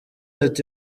ati